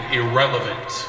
irrelevant